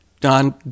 Don